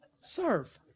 serve